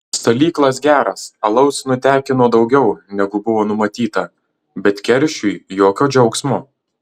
salyklas geras alaus nutekino daugiau negu buvo numatyta bet keršiui jokio džiaugsmo